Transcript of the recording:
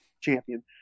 champion